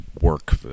work